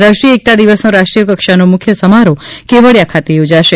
રાષ્ટ્રીય એકતા દિવસનો રાષ્ટ્રીય કક્ષાનો મુખ્ય સમારોહ કેવડિયા ખાતે યોજાશે